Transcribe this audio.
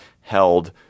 held